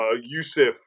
yusuf